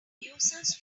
users